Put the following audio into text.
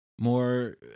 more